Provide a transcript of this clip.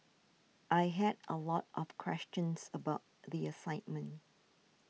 I had a lot of questions about the assignment